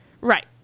Right